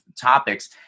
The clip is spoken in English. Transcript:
topics